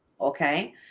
Okay